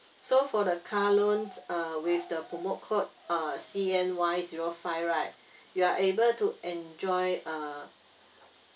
so for the car loans uh with the promote code uh C N Y zero five right you are able to enjoy a